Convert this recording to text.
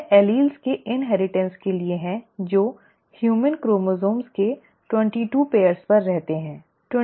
यह एलील के इनहेरिटेंस के लिए है जो मानव क्रोमसोम्स के 22 जोड़े पर रहते हैं